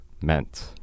meant